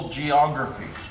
geography